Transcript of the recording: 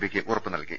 പിക്ക് ഉറപ്പ് നൽകി